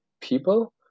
people